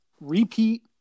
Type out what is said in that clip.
repeat